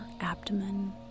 abdomen